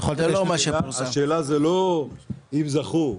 השאלה היא לא אם זכו.